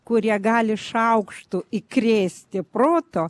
kurie gali šaukštu įkrėsti proto